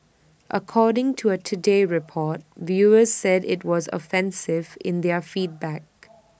according to A today Report viewers said IT was offensive in their feedback